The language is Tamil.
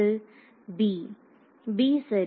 மாணவர் b b சரி